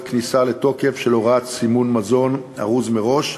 כניסה לתוקף של הוראת סימון מזון ארוז מראש,